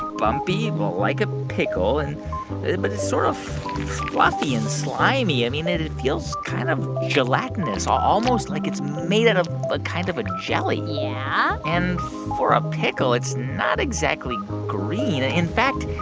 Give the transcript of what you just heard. bumpy but like a pickle. and but it's sort of fluffy and slimy. i mean, it it feels kind of gelatinous, almost like it's made out of a kind of ah jelly yeah? and for a pickle, it's not exactly green. in fact,